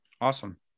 awesome